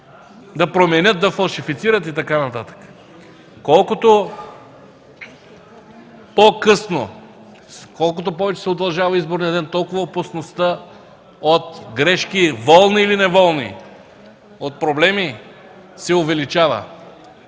да променят нещо, да фалшифицират и така нататък. Колкото по-късно, колкото повече се удължава изборният ден, толкова опасността от грешки – волни или неволни, от проблеми се увеличава.